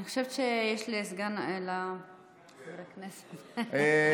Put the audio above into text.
אני חושבת שיש לסגן השר --- חבר הכנסת יעקב אשר,